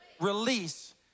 release